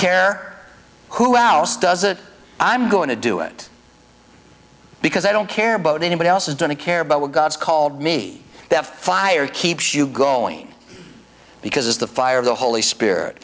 care who oust does it i'm going to do it because i don't care about anybody else is going to care about what god's called me that fire keeps you going because the fire of the holy spirit